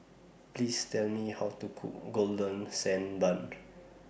Please Tell Me How to Cook Golden Sand Bun